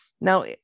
Now